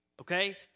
Okay